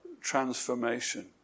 transformation